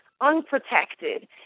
unprotected